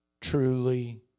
truly